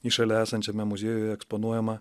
į šalia esančiame muziejuje eksponuojamą